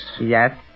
Yes